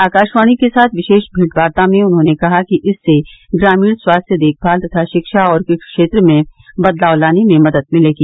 आकाशवाणी के साथ विशेष भेंटवार्ता में उन्होंने कहा कि इससे ग्रामीण स्वास्थ्य र्देखभाल तथा शिक्षा और कृषि क्षेत्र में बदलाव लाने में मदद मिलेगी